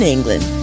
England